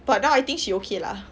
but now I think she okay lah